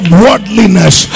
worldliness